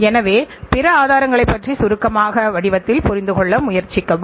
ஆனால் பல நேரங்களில் குறைபாடுகள் இலக்குகளை விட அதிகமாக இருந்தன